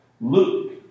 Luke